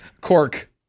cork